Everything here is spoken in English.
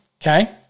Okay